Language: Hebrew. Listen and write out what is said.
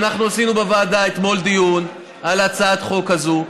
אנחנו עשינו אתמול דיון בוועדה על הצעת החוק הזאת.